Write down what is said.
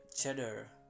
cheddar